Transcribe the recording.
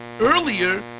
earlier